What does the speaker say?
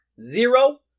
Zero